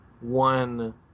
one